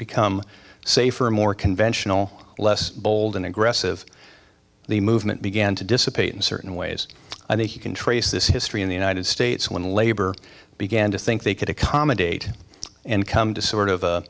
become safer and more conventional less bold and aggressive the movement began to dissipate in certain ways i think you can trace this history in the united states when labor began to think they could accommodate and come to sort of